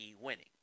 winning